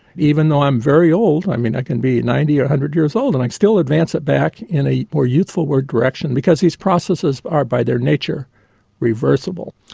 even though i'm very old, i mean i can be ninety or one hundred years old and i still advance it back in a more youthful-ward direction because these processes are by their nature reversible.